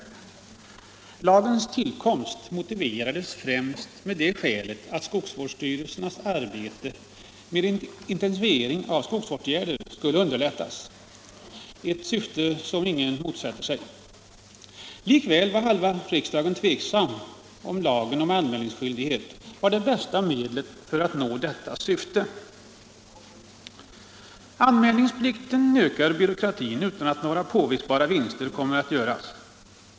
Lagens tillkomst motiverades främst med det skälet att skogsvårdsstyrelsens arbete med intensifiering av skogsvårdsåtgärder skulle underlättas, ett syfte som ingen motsätter sig. Likväl var halva riksdagen tveksam till huruvida lagen om anmälningsskyldighet var det bästa medlet för att nå detta syfte. Anmälningsplikten ökar byråkratin utan att några påvisbara vinster kommer att göras.